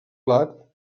blat